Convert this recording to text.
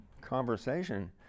conversation